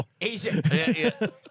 Asia